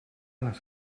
les